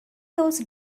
those